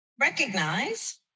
recognize